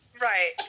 Right